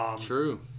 True